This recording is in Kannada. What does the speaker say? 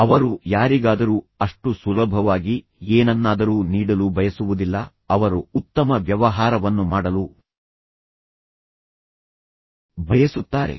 ಅವರು ಯಾರಿಗಾದರೂ ಅಷ್ಟು ಸುಲಭವಾಗಿ ಏನನ್ನಾದರೂ ನೀಡಲು ಬಯಸುವುದಿಲ್ಲ ಅವರು ಉತ್ತಮ ವ್ಯವಹಾರವನ್ನು ಮಾಡಲು ಬಯಸುತ್ತಾರೆ